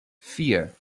vier